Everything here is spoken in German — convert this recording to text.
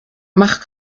mach